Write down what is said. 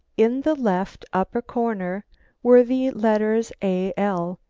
in the left upper corner were the letters a. l.